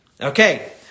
Okay